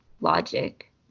logic